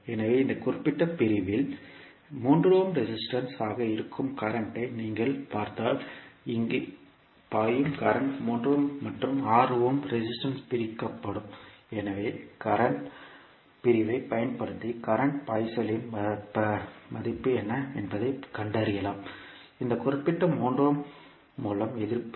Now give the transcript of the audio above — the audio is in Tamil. எனவே இந்த குறிப்பிட்ட பிரிவில் 3 ஓம் ரெசிஸ்டன்ஸ் ஆக இருக்கும் கரண்ட் ஐ நீங்கள் பார்த்தால் இங்கு பாயும் கரண்ட் 3 ஓம் மற்றும் 6 ஓம் ரெசிஸ்டன்ஸ் பிரிக்கப்படும் எனவே கரண்ட் பிரிவைப் பயன்படுத்தி கரண்ட் பாய்ச்சலின் மதிப்பு என்ன என்பதைக் கண்டறியலாம் இந்த குறிப்பிட்ட 3 ஓம் மூலம் எதிர்ப்பு